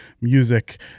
music